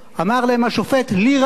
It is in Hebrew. אמר להם השופט, לי רק הציעו.